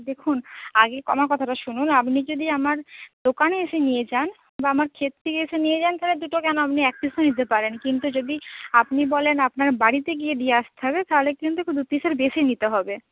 দেখুন আগে আমার কথাটা শুনুন আপনি যদি আমার দোকানে এসে নিয়ে যান বা আমার ক্ষেত থেকে এসে নিয়ে যান তাহলে দুটো কেন আপনি এক পিসও নিতে পারেন কিন্তু যদি আপনি বলেন আপনার বাড়িতে গিয়ে দিয়ে আসতে হবে তাহলে কিন্তু একটু দুপিসের বেশি নিতে হবে